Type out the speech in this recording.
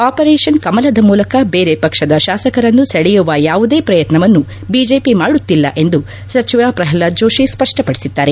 operation ಕಮಲದ ಮೂಲಕ ಬೇರೆ ಪಕ್ಷದ ಶಾಸಕರನ್ನು ಸೆಳೆಯುವ ಯಾವುದೇ ಪ್ರಯತ್ನವನ್ನು ಬಿಜೆಪಿ ಮಾಡುತ್ತಿಲ್ಲ ಎಂದು ಸಚಿವ ಪ್ರಹ್ವಾದ್ ಜೋಷಿ ಸ್ಪಪ್ನಪಡಿಸಿದ್ಲಾರೆ